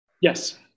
Yes